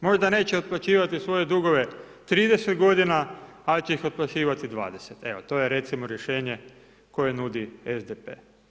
Možda neće otplaćivati svoje dugove 30 godina, ali će ih otplaćivati 20, evo to je recimo rješenje koje nudi SDP.